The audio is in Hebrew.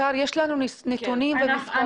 יש לנו נתונים ומספרים.